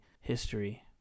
history